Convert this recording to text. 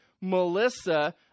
Melissa